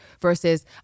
versus